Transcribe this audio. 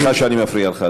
סליחה שאני מפריע לך,